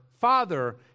father